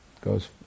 goes